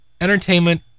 entertainment